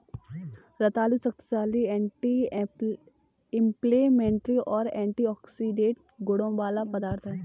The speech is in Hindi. रतालू शक्तिशाली एंटी इंफ्लेमेटरी और एंटीऑक्सीडेंट गुणों वाला पदार्थ है